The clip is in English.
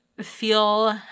feel